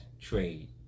trade